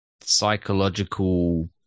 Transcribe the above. psychological